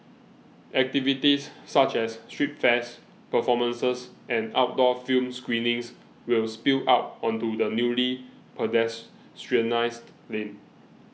activities such as street fairs performances and outdoor film screenings will spill out onto the newly pedestrianised lane